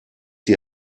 die